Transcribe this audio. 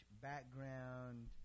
background